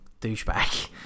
douchebag